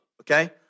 okay